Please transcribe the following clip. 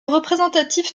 représentatif